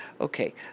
Okay